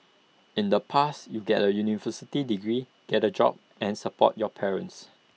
in the past you get A university degree get A job and support your parents